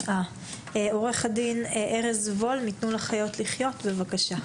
עורך הדין ארז וול מתנו לחיות לחיות, בבקשה.